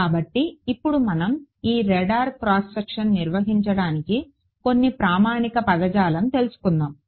కాబట్టి ఇప్పుడు మనం ఈ రాడార్ క్రాస్ సెక్షన్ నిర్వచించడానికి కొన్ని ప్రామాణిక పదజాలం తెలుసుకుందాము